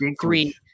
three